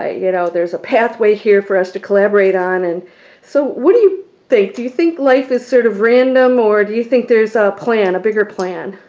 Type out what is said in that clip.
ah you know there's a pathway here for us to collaborate on and so what do you think do you think life is sort of random or do you think there's a plan a bigger plan?